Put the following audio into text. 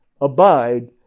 abide